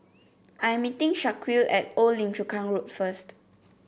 I am meeting Shaquille at Old Lim Chu Kang Road first